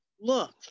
look